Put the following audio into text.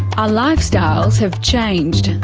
our lifestyles have changed.